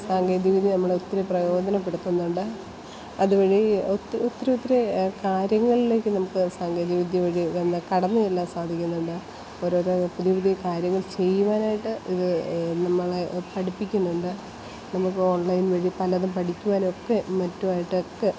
സാങ്കേതിക വിദ്യ നമ്മളെ ഒത്തിരി പ്രയോജനപ്പെടുത്തുന്നുണ്ട് അതു വഴി ഒത്തിരി ഒത്തിരി ഒത്തിരി കാര്യങ്ങളിലേക്ക് നമുക്ക് സാങ്കേതിക വിദ്യ വഴി കടന്നു ചെല്ലാൻ സാധിക്കുന്നുണ്ട് ഓരോരോ പുതിയ പുതിയ കാര്യങ്ങൾ ചെയ്യുവാനായിട്ട് ഇതു നമ്മളെ പഠിപ്പിക്കുന്നുണ്ട് നമുക്ക് ഓൺലൈൻ വഴി പലതും പഠിക്കുവാനൊക്കെ മറ്റുമായിട്ടൊക്കെ